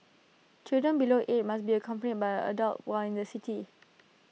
children below eight must be accompanied by an adult while in the city